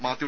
Mathew